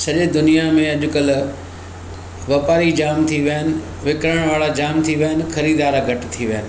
सॼे दुनिया में अॼु कल्ह वापारी जामु थी विया आहिनि विकिणण वारा जामु थी विया आहिनि ख़रीदार घटि थी विया आहिनि